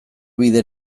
bide